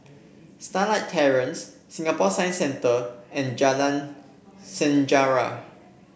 Starlight Terrace Singapore Science Centre and Jalan Sejarah